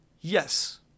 Yes